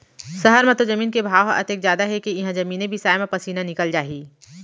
सहर म तो जमीन के भाव ह अतेक जादा हे के इहॉं जमीने बिसाय म पसीना निकल जाही